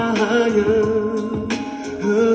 higher